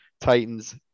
Titans